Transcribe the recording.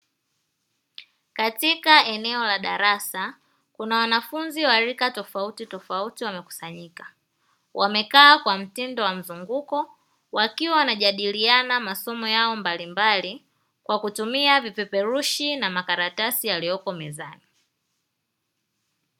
Katika eneo la darasa kuna wanafunzi wa rika tofauti tofauti wamekusanyika wamekaa kwa mtindo wa mzunguko wakiwa wanajadiliana masomo yao mbalimbali kwa kutumia vipeperushi na makaratasi yaliyoko mezani.